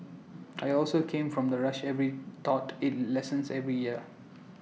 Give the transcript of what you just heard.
I also come from the rush every thought IT lessens every year